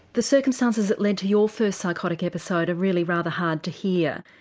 the circumstances that led to your first psychotic episode are really rather hard to hear.